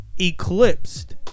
Eclipsed